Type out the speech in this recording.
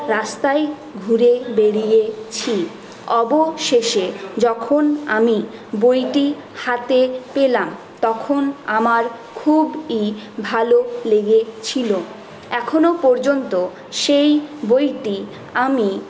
রাস্তায় ঘুরে বেড়িয়েছি অবশেষে যখন আমি বইটি হাতে পেলাম তখন আমার খুবই ভালো লেগেছিলো এখনও পর্যন্ত সেই বইটি আমি